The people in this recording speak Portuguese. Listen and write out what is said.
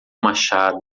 machado